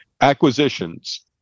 Acquisitions